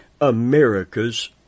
America's